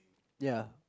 ya